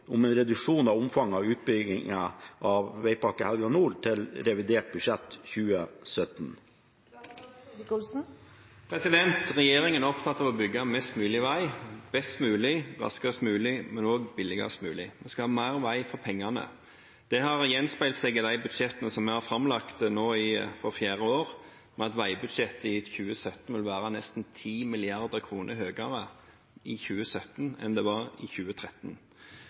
en reduksjon av omfanget av utbyggingen til revidert budsjett 2017?» Regjeringen er opptatt av å bygge mest mulig vei, best mulig, raskest mulig, men også billigst mulig. Vi skal ha mer vei for pengene. Det har gjenspeilt seg i de budsjettene vi har framlagt nå for fjerde år, ved at veibudsjettet vil være nesten 10 mrd. kr høyere i 2017 enn det var i 2013.